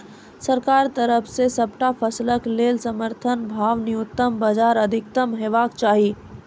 सरकारक तरफ सॅ सबटा फसलक लेल समर्थन भाव न्यूनतमक बजाय अधिकतम हेवाक चाही?